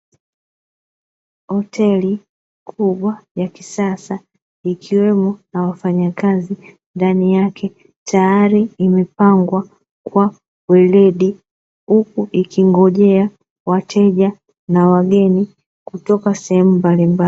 Hoteli kubwa ya kisasa ikiwa na wafanyakazi ndani yake, tayari imepangwa kwa weledi huku ikingojea wateja na wageni kutoka sehemu mbalimbali.